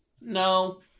No